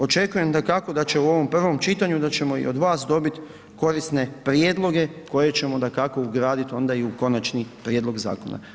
Očekujem, dakako, da će u ovom prvom čitanju, da ćemo i od vas dobiti korisne prijedloge koje ćemo, dakako ugraditi onda i u konačni prijedlog zakona.